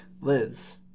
liz